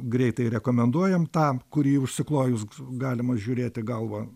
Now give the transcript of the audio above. greitai rekomenduojam tą kurį užsiklojus galima žiūrėti galvą